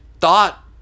thought